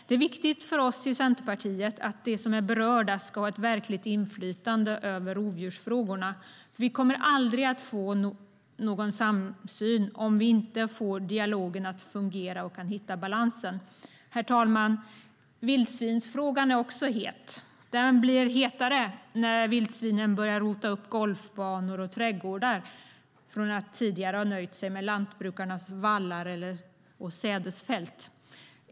Det är viktigt för oss i Centerpartiet att de som är berörda ska ha ett verkligt inflytande över rovdjursfrågorna. Vi kommer nämligen aldrig att nå samsyn om vi inte får dialogen att fungera och kan hitta balansen. Herr talman! Vildsvinsfrågan är också het. Den blir hetare när vildsvinen börjar rota upp golfbanor och trädgårdar efter att tidigare ha nöjt sig med lantbrukarnas vallar och sädesfält.